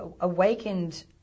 awakened